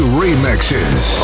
remixes